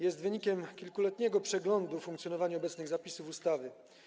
Jest wynikiem kilkuletniego przeglądu funkcjonowania obecnych zapisów ustawy.